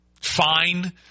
fine